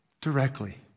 directly